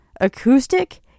acoustic